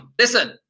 listen